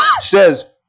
says